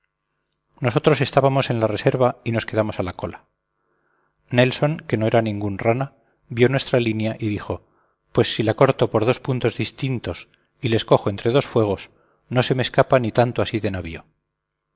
nosotros estábamos en la reserva y nos quedamos a la cola nelson que no era ningún rana vio nuestra línea y dijo pues si la corto por dos puntos distintos y les cojo entre dos fuegos no se me escapa ni tanto así de navío